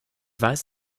weiß